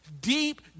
deep